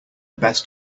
best